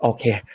Okay